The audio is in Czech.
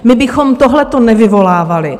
My bychom tohle nevyvolávali.